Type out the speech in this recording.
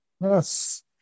Yes